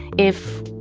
if,